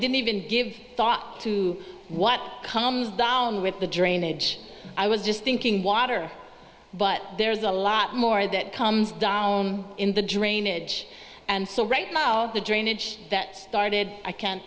didn't even give thought to what comes down with the drainage i was just thinking water but there's a lot more that comes down in the drainage and so right now the drainage that started i can't